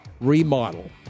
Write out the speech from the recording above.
remodel